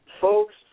Folks